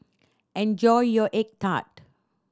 enjoy your egg tart